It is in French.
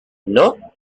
non